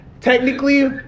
Technically